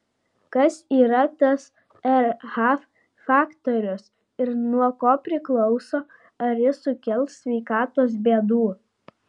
kas yra tas rh faktorius ir nuo ko priklauso ar jis sukels sveikatos bėdų